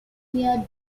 near